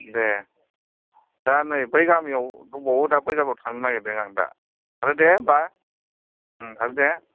दे दा नै बै गामियाव दंबावो दा बै जायगायाव थांनो नागिरदों आं थादो दे होनबा थादो दे